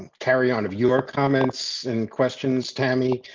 carry on of your comments and questions, tammy,